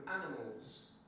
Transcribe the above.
animals